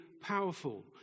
powerful